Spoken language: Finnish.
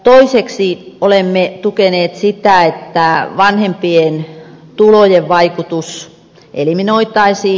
toiseksi olemme tukeneet sitä että vanhempien tulojen vaikutus eliminoitaisiin